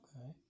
Okay